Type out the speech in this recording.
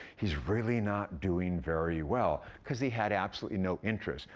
he's really not doing very well, cause he had absolutely no interest.